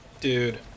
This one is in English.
Dude